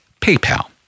PayPal